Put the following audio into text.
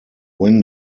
when